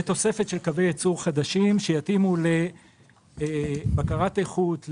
בתוספת קווי ייצור חדשים שיתאימו לבקרת איכות,